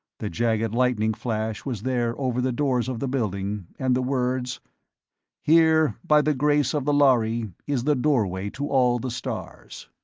the jagged lightning flash was there over the doors of the building, and the words here, by the grace of the lhari, is the doorway to all the stars.